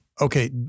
Okay